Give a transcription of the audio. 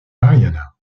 marianna